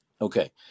Okay